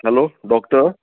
hello doctor